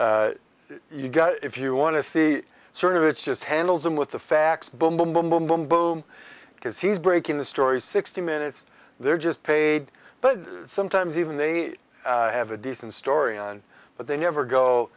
and you've got if you want to see sort of it's just handles him with the facts boom boom boom boom boom boom because he's breaking the story sixty minutes they're just paid but sometimes even they have a decent story on but they never go